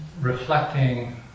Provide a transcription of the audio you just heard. reflecting